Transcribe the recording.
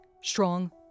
strong